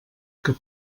que